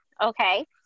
okay